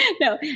no